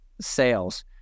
sales